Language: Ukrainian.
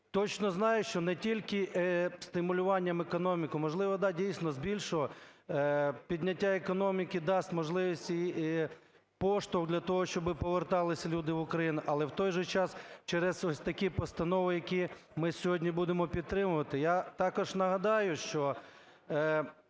точно знаю, що не тільки стимулюванням економіки. Можливо, да, дійсно, здебільшого підняття економіки дасть можливість і поштовх для того, щоб повертались люди в Україну. Але, в той же час, через ось такі постанови, які ми сьогодні будемо підтримувати.